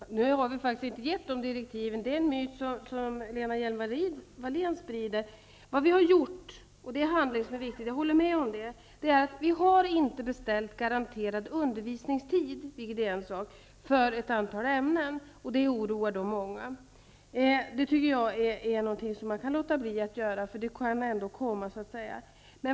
Fru talman! Nu har vi faktiskt inte gett dessa direktiv. Det är en myt som Lena Hjelm-Wallén sprider. Vad vi har gjort, och jag håller med om att det är viktigt, är att vi inte har beställt garanterad undervisningstid, vilket är en sak, för ett antal ämnen, vilket oroar många. Det tycker jag är något som man kan låta bli att göra, eftersom det ändå kan ordnas.